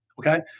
okay